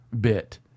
bit